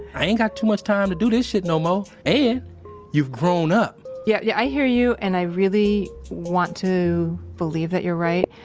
i ain't got too much time to do this shit no more. and you've grown up yeah. yeah. i hear you and i really want to believe that you're right.